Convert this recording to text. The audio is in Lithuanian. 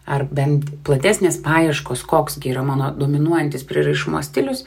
ar bent platesnės paieškos koks gi yra mano dominuojantis prieraišumo stilius